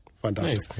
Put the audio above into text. Fantastic